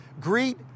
Greet